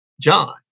John